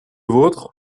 vôtre